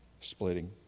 splitting